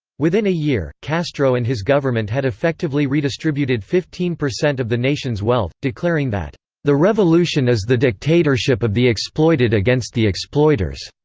within a year, year, castro and his government had effectively redistributed fifteen percent of the nation's wealth, declaring that the revolution is the dictatorship of the exploited against the exploiters.